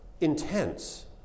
intense